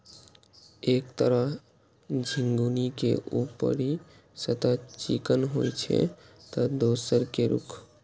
एक तरह झिंगुनी के ऊपरी सतह चिक्कन होइ छै, ते दोसर के रूख